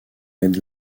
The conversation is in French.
ned